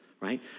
right